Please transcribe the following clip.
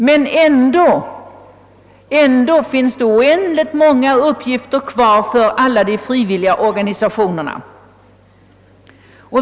Men ändå återstår oändligt många uppgifter för alla frivilliga organisationer.